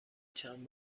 چند